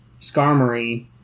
Skarmory